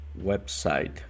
website